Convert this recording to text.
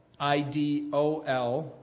I-D-O-L